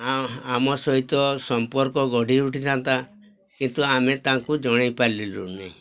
ଆମ ସହିତ ସମ୍ପର୍କ ଗଢ଼ି ଉଠିଥାନ୍ତା କିନ୍ତୁ ଆମେ ତାଙ୍କୁ ଜଣାଇ ପାରିଲୁନି